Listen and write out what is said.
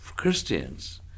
Christians